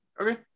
Okay